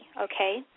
okay